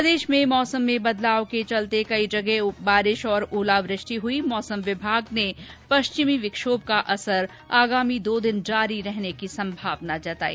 प्रदेश में मौसम में बदलाव के चलते कई जगह बारिश और ओला वृष्टि हई मौसम विभाग ने पश्चिम विक्षोभ का असर आगामी दो दिन जारी रहने की संभावना जताई